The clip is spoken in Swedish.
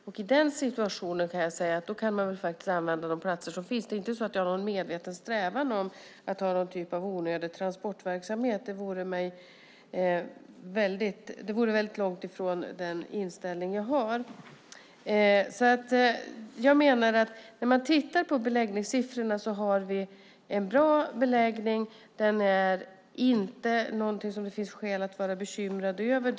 Och i den situationen kan jag säga: Då kan man väl använda de platser som finns. Jag har inte någon medveten strävan efter att ha någon typ av onödig transportverksamhet. Det vore väldigt långt ifrån den inställning jag har. Jag menar att man, när man tittar på beläggningssiffrorna, ser att vi har en bra beläggning. Det är inte någonting som det finns skäl att vara bekymrad över.